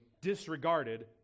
disregarded